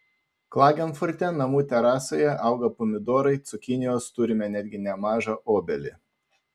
klagenfurte namų terasoje auga pomidorai cukinijos turime netgi nemažą obelį